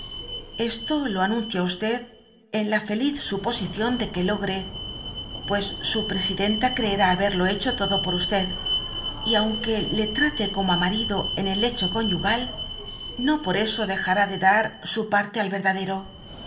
esto lo anuncia en la feliz suposición de que logre pues su presidenta creerá haberlo hecho todo por y aun que le trate eomo á marido en el lecho conyugal no por eso dejará de dar su parte al verdadero